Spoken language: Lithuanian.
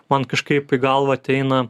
man kažkaip į galvą ateina